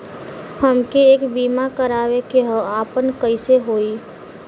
हमके एक बीमा करावे के ह आपन कईसे होई?